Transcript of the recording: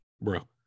bro